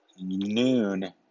noon